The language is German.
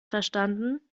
verstanden